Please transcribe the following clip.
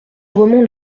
remonte